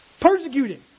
persecuting